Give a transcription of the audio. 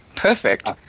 Perfect